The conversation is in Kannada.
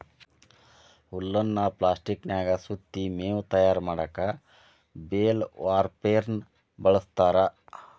ಹುಲ್ಲನ್ನ ಪ್ಲಾಸ್ಟಿಕನ್ಯಾಗ ಸುತ್ತಿ ಮೇವು ತಯಾರ್ ಮಾಡಕ್ ಬೇಲ್ ವಾರ್ಪೆರ್ನ ಬಳಸ್ತಾರ